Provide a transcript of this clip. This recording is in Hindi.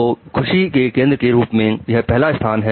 तो खुशी के केंद्र के रूप में यह पहला स्थान है